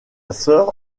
sœur